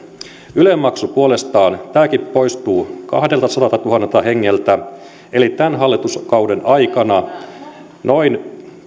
yle maksu puolestaan poistuu kahdeltasadaltatuhannelta hengeltä eli tämän hallituskauden aikana noin